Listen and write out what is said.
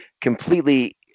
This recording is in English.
completely